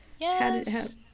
Yes